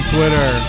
Twitter